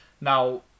now